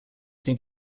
think